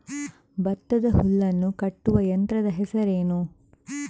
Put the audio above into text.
ಭತ್ತದ ಹುಲ್ಲನ್ನು ಕಟ್ಟುವ ಯಂತ್ರದ ಹೆಸರೇನು?